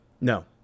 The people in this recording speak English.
No